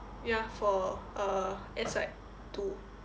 ya for uh two